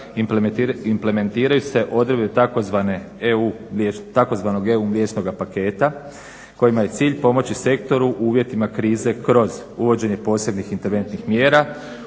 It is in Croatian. implementiraju se odredbe tzv. EU mliječnoga paketa kojima je cilj pomoći sektoru u uvjetima krize kroz uvođenje posebnih interventnih mjera,